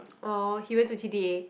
orh he went to t_d_a